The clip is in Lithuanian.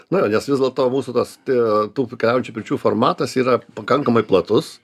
na nes vis dėlto mūsų tos tie tų keliaujančių pirčių formatas yra pakankamai platus